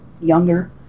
younger